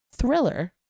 thriller